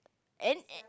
and